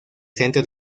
centro